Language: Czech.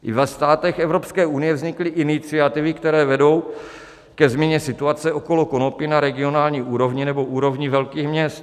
I ve státech Evropské unie vznikly iniciativy, které vedou ke změně situace okolo konopí na regionální úrovni nebo úrovni velkých měst.